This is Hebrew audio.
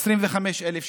25,000 שקל.